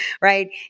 right